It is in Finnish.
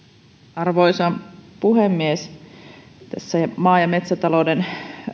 arvoisa puhemies tässä maa ja metsätalouden